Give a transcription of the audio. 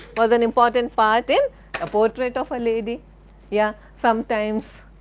was an important part in a portrait of a lady yeah sometimes